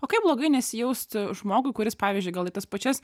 o kaip blogai nesijausti žmogui kuris pavyzdžiui gal į tas pačias